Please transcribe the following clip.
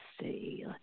see